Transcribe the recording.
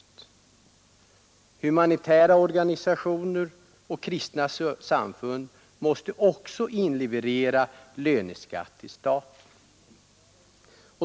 Även humanitära organisationer och kristna samfund måste inleverera löneskatt till staten.